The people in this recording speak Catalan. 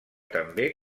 també